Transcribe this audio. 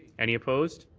any opposed?